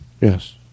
Yes